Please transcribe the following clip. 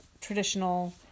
traditional